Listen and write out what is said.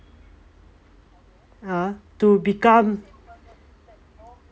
(uh huh) to become